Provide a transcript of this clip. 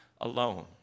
alone